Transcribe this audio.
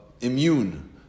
immune